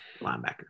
linebacker